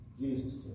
Jesus